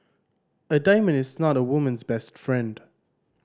a diamond is not a woman's best friend